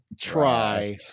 try